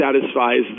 satisfies